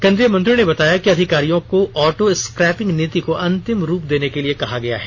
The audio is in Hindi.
केन्द्रीय मंत्री ने बताया कि अधिकारियों को ऑटो स्क्रैपिंग नीति को अंतिम रूप देने के लिए कहा गया है